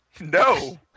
no